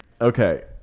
Okay